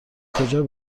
کجا